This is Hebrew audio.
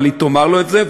אבל היא תאמר לו את זה,